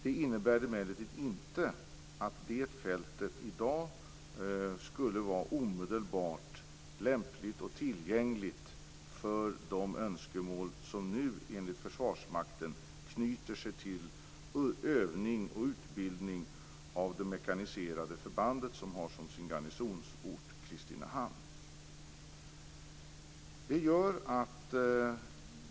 Det innebär emellertid inte att det fältet i dag skulle vara omedelbart lämpligt och tillgängligt för de önskemål som nu, enligt Försvarsmakten, knyts till övning och utbildning av det mekaniserade förbandet, vars garnisonsort är Kristinehamn.